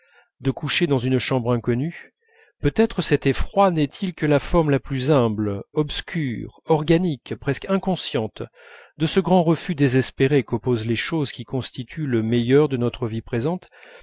de coucher dans une chambre inconnue peut-être cet effroi n'est-il que la forme la plus humble obscure organique presque inconsciente de ce grand refus désespéré qu'opposent les choses qui constituent le meilleur de notre vie présente